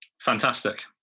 Fantastic